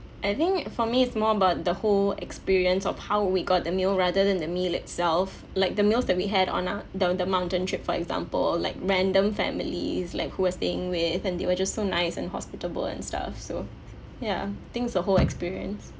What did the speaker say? I think for me it's more about the whole experience of how we got the meal rather than the meal itself like the meals that we had on our the the mountain trip for example like random families like who were staying with and they were just so nice and hospitable and stuff so ya think it's a whole experience